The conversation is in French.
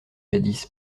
jadis